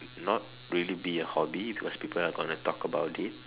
not really be a hobby because people are gonna talk about it